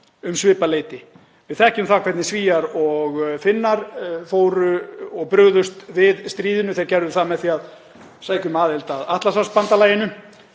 um svipað leyti. Við þekkjum það hvernig Svíar og Finnar fóru og brugðust við stríðinu, þeir gerðu það með því að sækja um aðild að Atlantshafsbandalaginu.